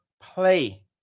play